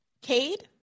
Cade